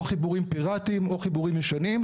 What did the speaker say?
או חיבורים פיראטיים או חיבורים ישנים.